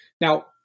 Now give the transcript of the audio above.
Now